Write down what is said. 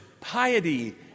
piety